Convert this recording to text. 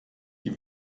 die